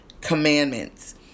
commandments